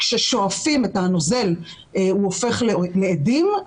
כששואפים את הנוזל הוא הופך לאדים,